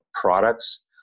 products